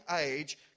age